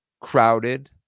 crowded